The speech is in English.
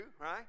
right